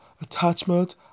attachment